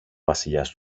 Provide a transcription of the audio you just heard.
βασιλιάς